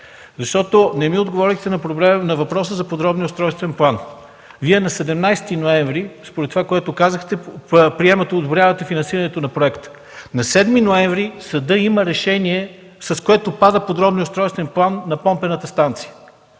случи! Не ми отговорихте на въпроса за подробния устройствен план. Вие на 17 ноември, според това, което казахте, приемате, одобрявате финансирането на проекта. На 7 ноември съдът има решение, с което пада подробния устройствен план на помпената станция,